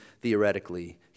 theoretically